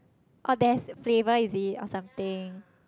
oh there's flavor easy or something